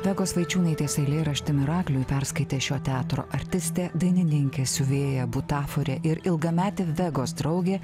vegos vaičiūnaitės eilėraštį mirakliui perskaitė šio teatro artistė dainininkė siuvėja butaforė ir ilgametė vegos draugė